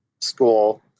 school